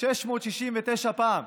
669 פעם,